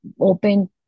open